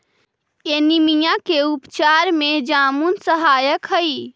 anaemia के उपचार में जामुन सहायक हई